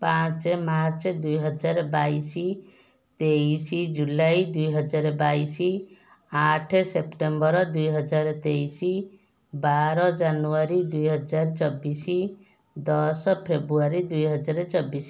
ପାଞ୍ଚ ମାର୍ଚ୍ଚ ଦୁଇ ହଜାର ବାଇଶ ତେଇଶ ଜୁଲାଇ ଦୁଇ ହଜାର ବାଇଶ ଆଠ ସେପ୍ଟେମ୍ବର ଦୁଇ ହଜାର ତେଇଶ ବାର ଜାନୁଆରୀ ଦୁଇ ହଜାର ଚବିଶ ଦଶ ଫେବୃଆରୀ ଦୁଇ ହଜାର ଚବିଶ